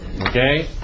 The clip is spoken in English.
okay